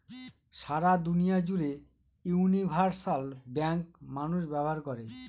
সারা দুনিয়া জুড়ে universal bank মানুষ ব্যবহার করে